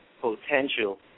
potential